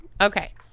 Okay